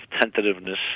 tentativeness